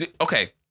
okay